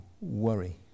worry